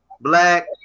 black